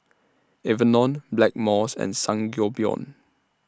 Enervon Blackmores and Sangobion